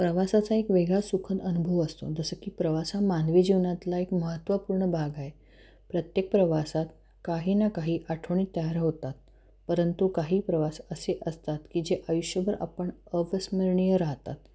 प्रवासाचा एक वेगळा सुखद अनुभव असतो जसं की प्रवास हा मानवी जीवनातला एक महत्त्वपूर्ण भाग आहे प्रत्येक प्रवासात काही ना काही आठवणी तयार होतात परंतु काही प्रवास असे असतात की जे आयुष्यभर आपण अविस्मरणीय राहतात